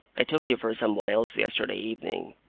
i took you for some one else yesterday evening.